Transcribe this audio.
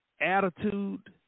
attitude